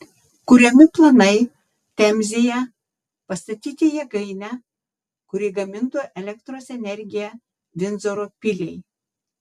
kuriami planai temzėje pastatyti jėgainę kuri gamintų elektros energiją vindzoro piliai